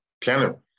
piano